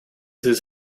his